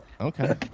Okay